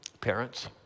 Parents